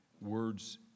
words